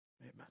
Amen